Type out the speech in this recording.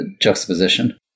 juxtaposition